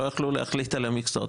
לא יכלו להחליט על מכסות.